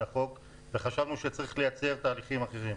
החוק וחשבנו שצריך לייצר תהליכים אחרים.